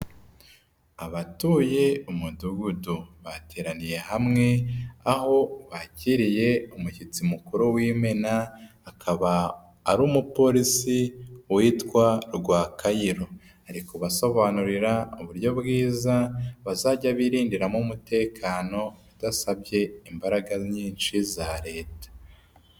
Abatuye umudugudu bateraniye hamwe, aho bakiriye umushyitsi mukuru w'imena, akaba ari umupolisi witwa Rwakayiro. Ari kubasobanurira uburyo bwiza bazajya birindiramo umutekano, udasabye imbaraga nyinshi za leta.